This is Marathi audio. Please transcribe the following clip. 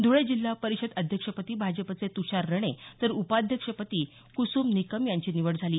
धुळे जिल्हा परिषद अध्यक्षपदी भाजपचे तुषार रणे तर उपाध्यक्षपदी कुसुम निकम यांची निवड झाली